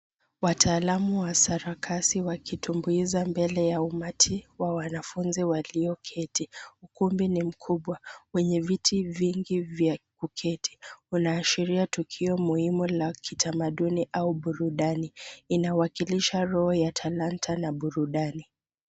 Wataalamu wa sarakasi wakitumbuiza mbele ya umati wa wanafunzi walioketi. Ukumbi ni mkubwa wenye viti vingi vya kuketi. Kunaashiria tukio muhimu la kitamaduni au burudani. Inawakilisha roho ya talanta na burudani.